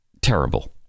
terrible